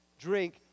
drink